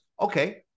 Okay